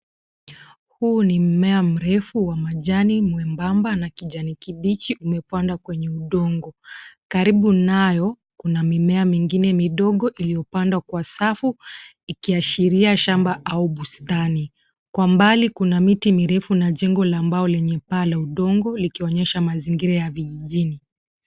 Huu ni mmea mrefu wa majani mwembamba na kijani kibichi umepandwa kwenye udongo. Karibu nayo kuna mimea mingine midogo iliyo pandwa kwa safu ikiashiria shamba au bustani. Kwa mbali kuna miti mirefu na jengo la mbao lenye paa la udongo likionyesha mazingira ya vijijini.